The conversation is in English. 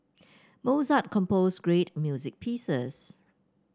Mozart composed great music pieces